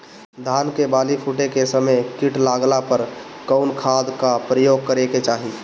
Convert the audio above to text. धान के बाली फूटे के समय कीट लागला पर कउन खाद क प्रयोग करे के चाही?